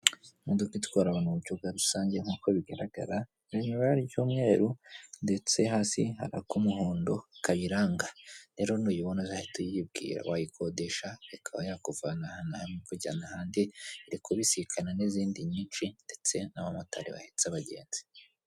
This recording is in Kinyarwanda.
Imodoka itwara abantu mu buryo bwa rusange nk'uko bigaragara, iri mu ibara ry'umweru ndetse hasi hari ak'umuhondo kayiranga, rero nuyibona azahita uyibwira, wayikodesha, ikaba yakuvana hamwe ikujyana ahandi, iri kubisikana n'izindi nyinshi ndetse n'abamotari bahetse abagenzi.